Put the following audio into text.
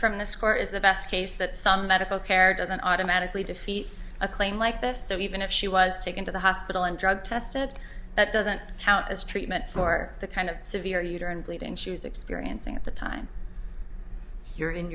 from the scar is the best case that some medical care doesn't automatically defeat a claim like this so even if she was taken to the hospital and drug tested that doesn't count as treatment for the kind of severe uterine bleeding choose experiencing at the time you're in